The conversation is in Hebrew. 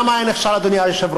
למה זה נכשל, אדוני היושב-ראש?